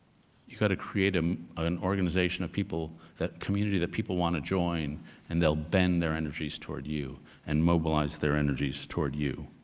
you gotta create a an organization of people, that community that people want to join and they'll bend their energies toward you and mobilize their energies toward you.